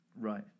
Right